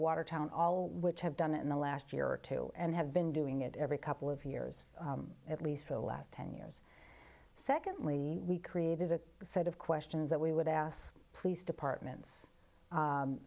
watertown all which have done it in the last year or two and have been doing it every couple of years at least for the last ten years secondly we created a set of questions that we would ask police departments